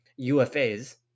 UFAs